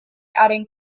adding